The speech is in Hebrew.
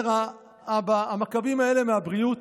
אומר האבא: המכבים האלה מהבריאות